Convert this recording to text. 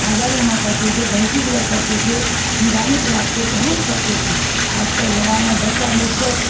فاجل نم پڑتے تھے بہنسست زبر پڑتے تھے نورانی پیدابتےے بہت پڑھتے تھے آج کل زمانہ میں بچہ لوگ سب